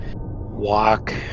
walk